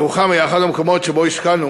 ירוחם היא אחד המקומות שבו השקענו